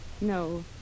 No